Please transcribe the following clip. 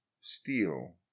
steel